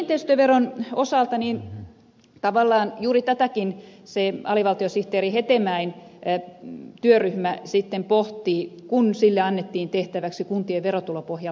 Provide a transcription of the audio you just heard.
kiinteistöveron osalta tavallaan juuri tätäkin se alivaltiosihteeri hetemäen työryhmä sitten pohtii kun sille annettiin tehtäväksi kuntien verotulopohjan laajentaminen